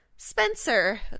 Spencer